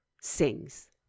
sings